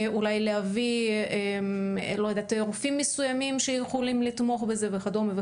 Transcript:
אולי להביא רופאים מסוימים שיכולים לתמוך בזה וכדומה.